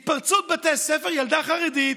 התפרצות בבתי הספר, ילדה חרדית,